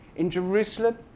in jerusalem,